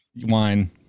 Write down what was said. Wine